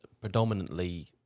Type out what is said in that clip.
predominantly